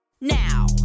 now